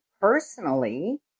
personally